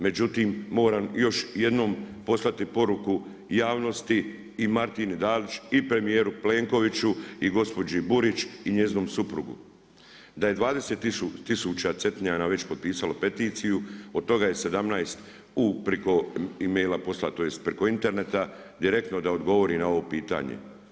Međutim moram još jednom poslati poruku i javnosti i Martini Dalić i premijeru Plenkoviću i gospođi Burić i njezinom suprugu da je 20 tisuća Cetinjana već potpisalo peticiju, od toga je 17 preko e-maila poslano preko interneta direktno da odgovori na ovo pitanje.